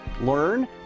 learn